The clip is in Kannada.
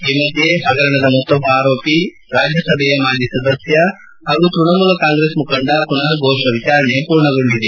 ಈ ಮಧ್ಯೆ ಪಗರಣದ ಮತ್ತೊಬ್ಬ ಆರೋಪಿಯಾದ ಮಾಜಿ ರಾಜ್ಯಸಭಾ ಸದಸ್ಯ ಹಾಗೂ ತ್ಯಣಮೂಲ ಕಾಂಗ್ರೆಸ್ ಮುಖಂಡ ಕುನಾಲ್ ಘೋಷ್ ವಿಚಾರಣೆ ಮೂರ್ಣಗೊಂಡಿದೆ